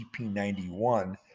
GP91